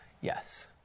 Yes